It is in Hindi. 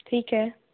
ठीक है